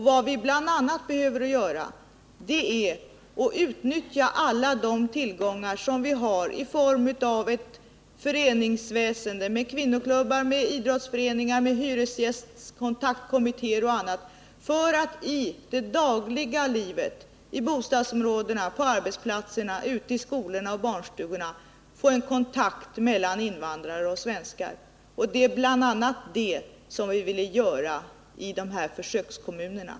Vad vi bl.a. behöver göra är att utnyttja alla de tillgångar som vi har i form av ett föreningsväsen med kvinnoklubbar, idrottsföreningar, hyresgästkontaktkommittéer och annat för att i det dagliga livet i bostadsområdena, på arbetsplatserna, ute i skolorna och barnstugorna få en kontakt mellan invandrare och svenskar. Det är bl.a. det vi ville göra i de här försökskommunerna.